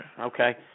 Okay